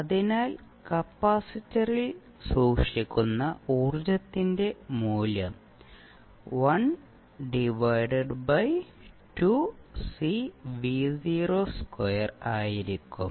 അതിനാൽ കപ്പാസിറ്ററിൽ സൂക്ഷിക്കുന്ന ഊർജ്ജത്തിന്റെ മൂല്യം ആയിരിക്കും